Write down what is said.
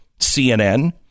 CNN